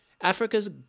Africa's